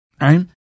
right